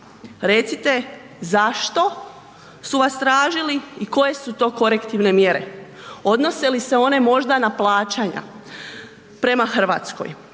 Recite zašto su vas tražili i koje su to korektivne mjere. Odnose li se one možda na plaćanja prema Hrvatskoj?